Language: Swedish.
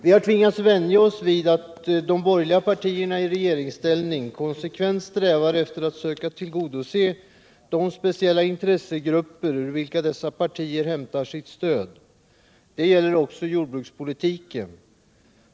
Vi har tvingats att vänja oss vid att de borgerliga partierna i regeringsställning konsekvent strävar efter att söka tillgodose de speciella intressegrupper ur vilka dessa partier hämtar sitt stöd. Det gäller också jordbrukspolitiken.